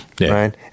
right